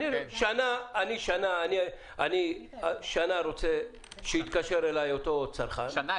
שנה אני רוצה שיתקשר אליי אותו צרכן --- שנה,